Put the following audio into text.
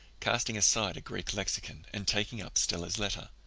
casting aside a greek lexicon and taking up stella's letter.